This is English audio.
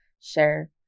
share